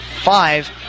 five